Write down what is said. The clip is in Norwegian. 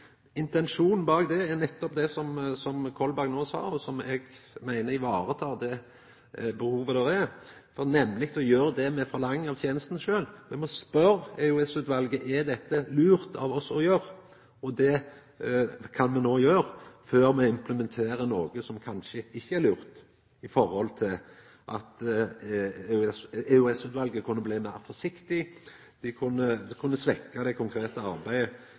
Intensjonen bak er nettopp det som Kolberg no sa, og som eg meiner varetek det behovet som er, nemleg å gjera det me krev av tenestene sjølve. Me må spørja EOS-utvalet om det er lurt av oss å gjera det. Det kan me gjera før me implementerer noko som kanskje ikkje er lurt, ved at EOS-utvalet kunne bli meir forsiktig, og det kunne svekkja det konkrete arbeidet.